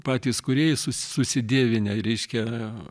patys kūrėjai sus susidievinę reiškia